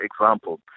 example